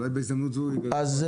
אולי בהזדמנות זו --- אז,